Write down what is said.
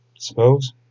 suppose